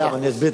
מאה אחוז.